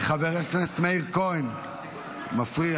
חבר הכנסת מאיר כהן, מפריע.